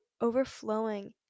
overflowing